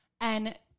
and-